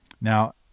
Now